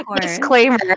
Disclaimer